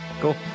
cool